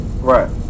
Right